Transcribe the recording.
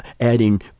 adding